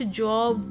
job